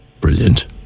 Brilliant